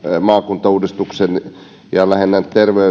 maakuntauudistuksen ja lähinnä